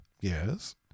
Yes